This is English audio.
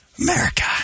America